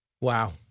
Wow